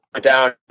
down